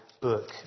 book